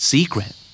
Secret